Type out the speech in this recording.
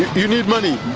you need money?